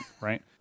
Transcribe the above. right